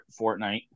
Fortnite